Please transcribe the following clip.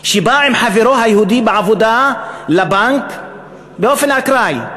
שבא עם חברו היהודי לעבודה לבנק באופן אקראי,